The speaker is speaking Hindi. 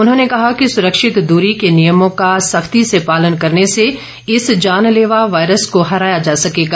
उन्होंने कहा कि सुरक्षित दूरी के नियमों का सख्ती से पालन करने से इस जानलेवा वायरस को हराया जा सकेगा